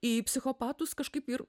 į psichopatus kažkaip ir